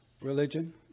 religion